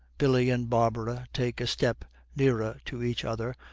billy and barbara take a step nearer to each other,